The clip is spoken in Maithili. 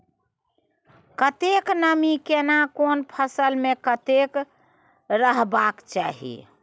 कतेक नमी केना कोन फसल मे कतेक रहबाक चाही?